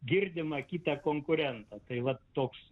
girdimą kitą konkurentą tai va toks